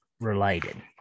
related